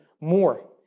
more